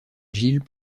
jill